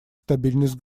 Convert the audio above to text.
стабильность